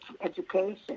education